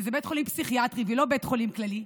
שזה בית חולים פסיכיאטרי ולא בית חולים כללי,